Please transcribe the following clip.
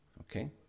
Okay